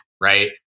Right